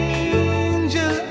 angel